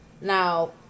Now